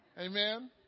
Amen